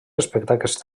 espectacles